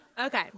Okay